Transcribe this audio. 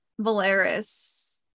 Valeris